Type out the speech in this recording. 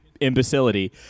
imbecility